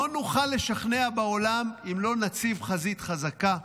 לא נוכל לשכנע בעולם אם לא נציב חזית חזקה,